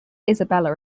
isabella